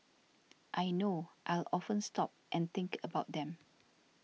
I know I'll often stop and think about them